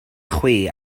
chwi